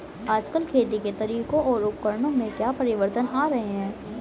आजकल खेती के तरीकों और उपकरणों में क्या परिवर्तन आ रहें हैं?